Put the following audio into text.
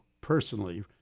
personally